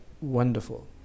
wonderful